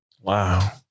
Wow